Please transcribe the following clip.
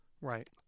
Right